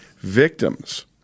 victims